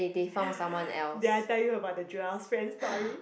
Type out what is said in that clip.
did tell you about the Joel's friend story